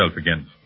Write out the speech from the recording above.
again